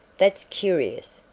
that's curious,